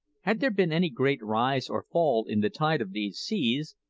had there been any great rise or fall in the tide of these seas,